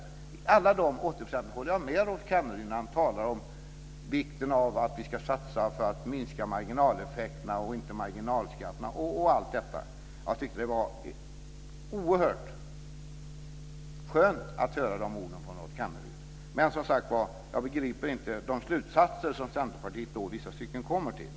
Till alla dessa 80 % håller jag med Rolf Kenneryd när han talar om vikten av att vi ska satsa för att minska marginaleffekterna osv. Jag tyckte att det var oerhört skönt att höra dessa ord från Rolf Kenneryd. Men, som sagt, jag begriper inte de slutsatser som Centerpartiet i vissa stycken kommer fram till.